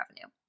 revenue